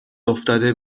افتاده